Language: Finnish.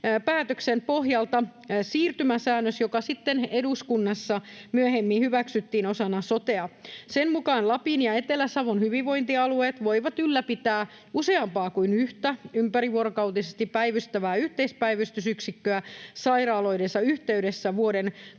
päätöksen pohjalta siirtymäsäännös, joka sitten eduskunnassa myöhemmin hyväksyttiin osana sotea. Sen mukaan Lapin ja Etelä-Savon hyvinvointialueet voivat ylläpitää useampaa kuin yhtä ympärivuorokautisesti päivystävää yhteispäivystysyksikköä sairaaloidensa yhteydessä vuoden 2032